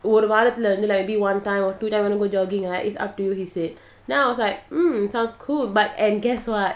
ஒருவாரத்துலவந்து:oru varathula vandhu like maybe one time or two time want to go jogging right it's up to you he said then I was like mm sounds cool but and guess